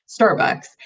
Starbucks